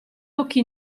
occhi